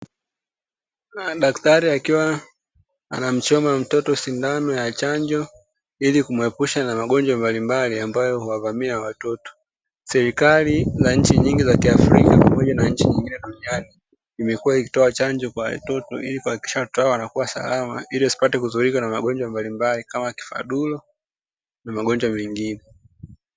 Daktari akiwa anamchoma mtoto sindano ya chanjo ili kumuepusha na magonjwa mbalimbali, ambayo huwavamia watoto, serikali za nchi nyingi za kiafrika pamoja na nchi nyingine duniani zimekua zikitoa chanjo kwa watoto ili kuhakikisha watoto hao wanakua salama, ili wasipate kudhulika na magonjwa mbalimbali, kama kifadulo na magonjwa mengine.